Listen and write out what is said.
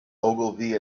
ogilvy